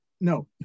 No